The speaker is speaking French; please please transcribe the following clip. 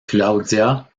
claudia